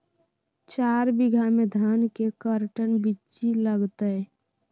चार बीघा में धन के कर्टन बिच्ची लगतै?